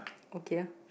okay lah